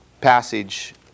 passage